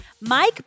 Mike